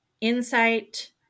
insight